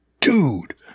Dude